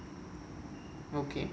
okay